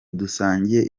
dusangiye